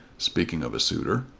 speaking of a suitor,